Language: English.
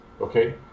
okay